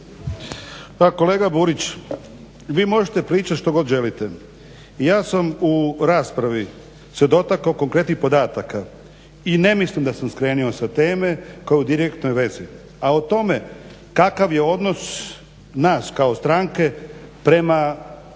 kolega Burić vi možete pričati što god želite, ja sam u raspravi se dotakao konkretnih podataka i ne mislim da sam skrenuo sa teme kao u direktnoj vezi. A o tome kakav je odnos nas kao stranke prema mladim